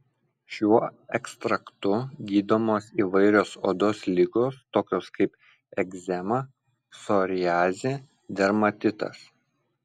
šiuo ekstraktu gydomos įvairios odos ligos tokios kaip egzema psoriazė dermatitas